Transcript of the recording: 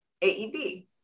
AEB